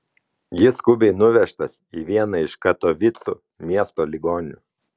jis skubiai nuvežtas į vieną iš katovicų miesto ligoninių